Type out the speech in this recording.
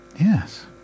Yes